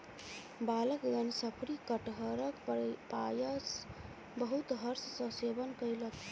बालकगण शफरी कटहरक पायस बहुत हर्ष सॅ सेवन कयलक